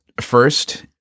first